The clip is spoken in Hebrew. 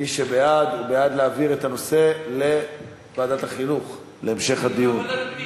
מי שבעד הוא בעד להעביר את הנושא לוועדת החינוך להמשך הדיון.